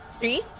Three